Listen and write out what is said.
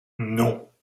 non